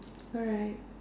alright